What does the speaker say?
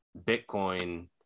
Bitcoin